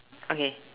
okay